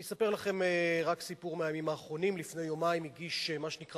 אני אספר לכם רק סיפור מהימים האחרונים: לפני יומיים הגיש מה שנקרא